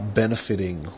benefiting